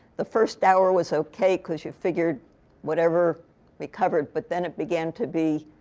the first hour was ok because you figured whatever we covered. but then, it began to be,